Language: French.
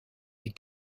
des